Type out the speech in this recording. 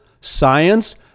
science